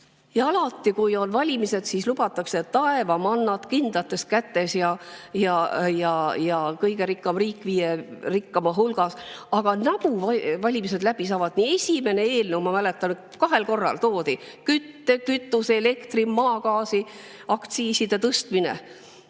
Alati, kui on valimised, siis lubatakse taevamannat, kindlates kätes riiki ja kõige rikkamat riiki, viie rikkama hulgas. Aga nagu valimised läbi saavad, nii on esimene eelnõu – ma mäletan, kahel korral on olnud – kütte, kütuse, elektri, maagaasi aktsiiside tõstmine.